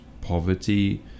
poverty